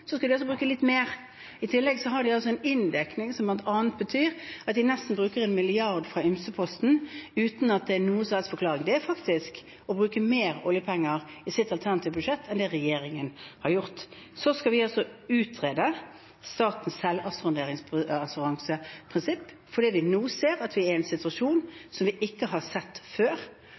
de bruker nesten 1 mrd. kr fra ymse-posten, uten at det er noen som helst forklaring. Det er faktisk å bruke mer oljepenger i sitt alternative statsbudsjett enn regjeringen har gjort. Vi skal utrede prinsippet om statens selvassuranse, for vi ser nå at vi er i en situasjon som vi ikke har sett før.